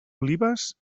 olives